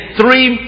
three